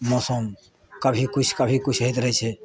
मौसम कभी किछु कभी किछु होयत रहैत छै